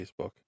Facebook